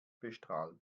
bestrahlt